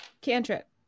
Cantrip